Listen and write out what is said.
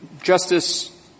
Justice